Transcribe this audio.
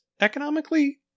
economically